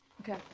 Okay